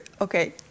Okay